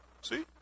See